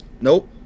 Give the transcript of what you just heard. nope